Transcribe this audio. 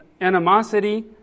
animosity